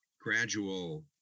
gradual